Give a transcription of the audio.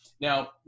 Now